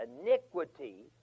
iniquity